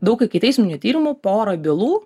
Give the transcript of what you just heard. daug ikiteisminių tyrimų pora bylų